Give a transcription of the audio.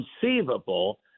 conceivable